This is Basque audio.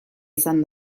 izan